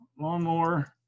lawnmower